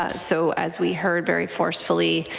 ah so as we heard very forcefully,